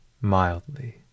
mildly